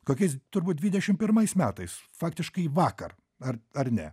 kokiais turbūt dvidešim pirmais metais faktiškai vakar ar ar ne